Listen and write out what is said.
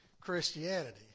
Christianity